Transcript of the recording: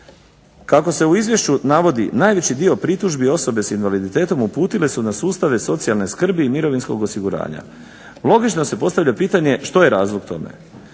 Kako se u izvješću navodi, najveći dio pritužbi osobe s invaliditetom uputile su na sustave socijalne skrbi i mirovinskog osiguranja. Logično se postavlja pitanje što je razlog tome.